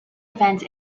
event